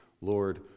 Lord